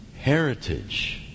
heritage